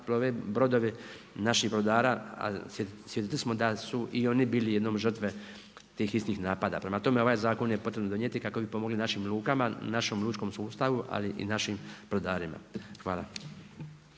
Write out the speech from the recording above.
brodovi naših brodara, a svjesni smo da su i oni bili jednom žrtve tih istih napada. Prema tome, ovaj zakon je potrebno donijeti, kako bi pomogli našim lukama, našom lučkom sustavu, ali i našim brodarima. Hvala.